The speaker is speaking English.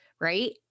right